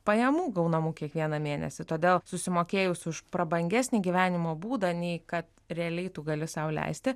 pajamų gaunamų kiekvieną mėnesį todėl susimokėjus už prabangesnį gyvenimo būdą nei kad realiai tu gali sau leisti